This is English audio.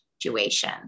situation